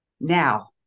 now